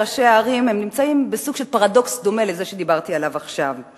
ראשי הערים נמצאים בסוג של פרדוקס דומה לזה שדיברתי עליו עכשיו.